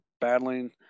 battling